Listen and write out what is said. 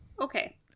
Okay